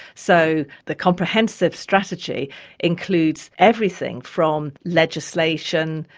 so the comprehensive strategy includes everything from legislation,